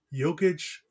Jokic